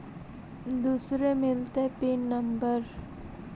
दुसरे मिलतै pin number?